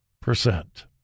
percent